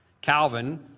Calvin